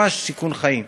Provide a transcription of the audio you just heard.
ממש סיכון חיים,